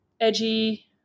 edgy